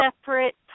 separate